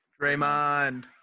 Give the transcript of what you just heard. Draymond